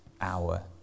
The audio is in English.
hour